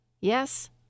Yes